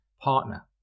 partner